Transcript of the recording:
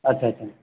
ଆଚ୍ଛା ଆଚ୍ଛା